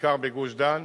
בעיקר בגוש-דן.